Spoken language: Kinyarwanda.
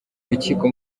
rukiko